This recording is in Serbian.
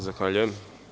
Zahvaljujem.